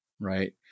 Right